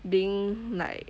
being like